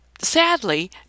Sadly